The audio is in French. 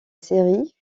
série